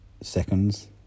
seconds